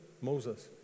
Moses